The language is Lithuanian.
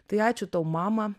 tai ačiū tau mama